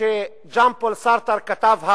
שז'אן פול סארטר כתב,